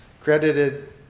credited